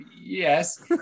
yes